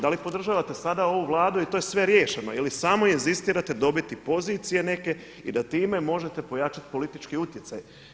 Da li podržavate sada ovu Vladu i to je sve riješeno ili samo inzistirate dobiti pozicije neke i da time možete pojačati politički utjecaj?